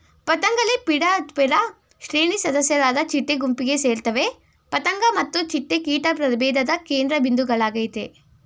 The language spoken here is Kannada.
ಪತಂಗಲೆಪಿಡಾಪ್ಟೆರಾ ಶ್ರೇಣಿ ಸದಸ್ಯರಾದ ಚಿಟ್ಟೆ ಗುಂಪಿಗೆ ಸೇರ್ತವೆ ಪತಂಗ ಮತ್ತು ಚಿಟ್ಟೆ ಕೀಟ ಪ್ರಭೇಧದ ಕೇಂದ್ರಬಿಂದುಗಳಾಗಯ್ತೆ